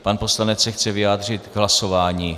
Pan poslanec se chce vyjádřit k hlasování.